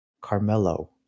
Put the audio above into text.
Carmelo